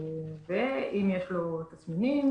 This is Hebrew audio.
אם יש לו תסמינים,